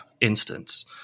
instance